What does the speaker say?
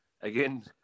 Again